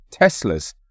Teslas